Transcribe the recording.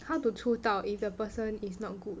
how to 出道 if the person is not good